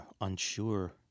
unsure